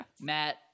Matt